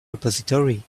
repository